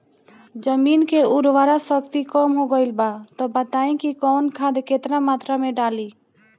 जमीन के उर्वारा शक्ति कम हो गेल बा तऽ बताईं कि कवन खाद केतना मत्रा में डालि?